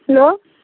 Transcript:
hello